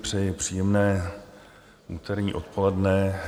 Přeji příjemné úterní odpoledne.